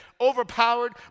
overpowered